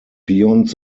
beyond